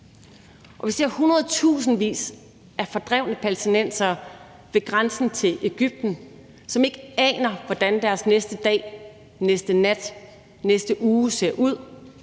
år. Vi ser hundredtusindvis af fordrevne palæstinensere ved grænsen til Egypten, som ikke aner, hvordan deres næste dag, næste nat, næste uge ser ud;